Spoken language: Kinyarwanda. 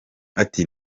ati